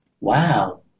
wow